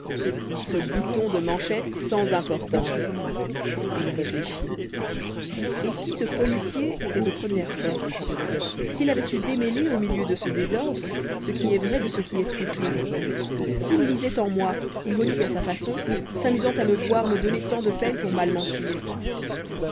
ce bouton de manchette sans importance il réfléchit et si ce policier était de première force s'il avait su démêler au milieu de ce désordre ce qui est vrai de ce qui est truqué s'il lisait en moi ironique à sa façon s'amusant à me voir me donner tant de peine pour mal mentir